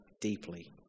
deeply